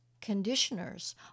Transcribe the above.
conditioners